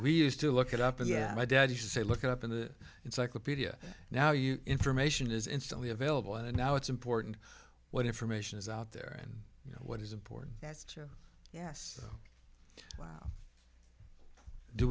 we used to look it up and yeah my dad used to say look up in the encyclopedia now you information is instantly available and now it's important what information is out there and you know what is important that's true yes wow do